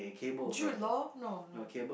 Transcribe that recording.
Jude-Law no no